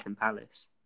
Palace